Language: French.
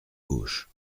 gauche